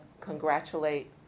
congratulate